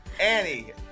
Annie